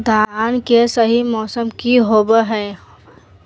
धान के सही मौसम की होवय हैय?